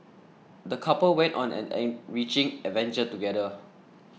the couple went on an enriching adventure together